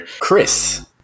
Chris